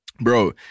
Bro